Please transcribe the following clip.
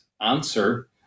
answer